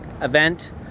event